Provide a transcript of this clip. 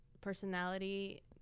personality